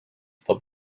for